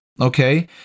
okay